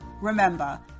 remember